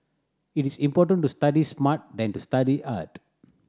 it is important to study smart than to study hard